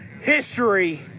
history